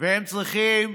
והם צריכים,